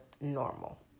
normal